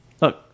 look